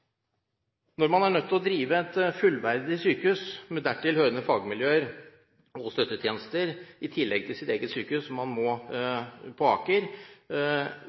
Når man er nødt til å drive et fullverdig sykehus med dertil hørende fagmiljøer og støttetjenester, i tillegg til sitt eget sykehus, som man må på Aker,